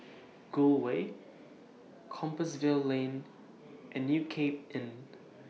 Gul Way Compassvale Lane and New Cape Inn